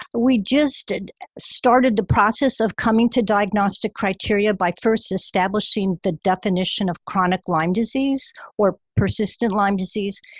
we just started the process of coming to diagnostic criteria by first establishing the definition of chronic lyme disease or persistent lyme disease.